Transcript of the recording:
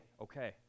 okay